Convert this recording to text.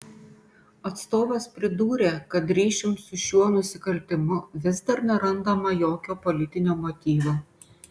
atstovas pridūrė kad ryšium su šiuo nusikaltimu vis dar nerandama jokio politinio motyvo